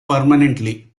permanently